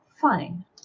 fine